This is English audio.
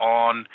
on